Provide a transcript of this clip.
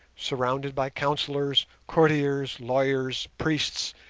surrounded by councillors, courtiers, lawyers, priests,